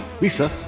Lisa